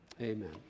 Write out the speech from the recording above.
Amen